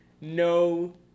no